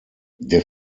der